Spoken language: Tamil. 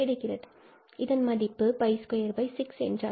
இதன் மதிப்பு 𝜋26 என்றாகிறது